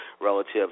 relative